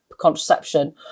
contraception